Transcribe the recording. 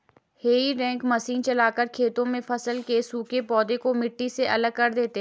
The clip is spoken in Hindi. हेई रेक मशीन चलाकर खेतों में फसल के सूखे पौधे को मिट्टी से अलग कर देते हैं